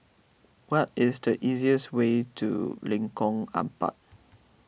what is the easiest way to Lengkong Empat